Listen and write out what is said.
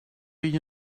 you